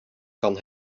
kan